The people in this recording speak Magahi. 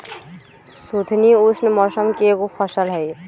सुथनी उष्ण मौसम के एगो फसल हई